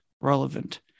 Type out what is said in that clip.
relevant